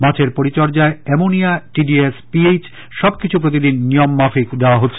মাছের পরিচর্যায় ammonia TDS pH সবকিছু প্রতিদিন নিয়মমাফিক দেওয়া হচ্ছে